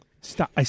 Stop